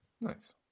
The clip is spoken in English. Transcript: Nice